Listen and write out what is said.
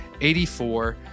84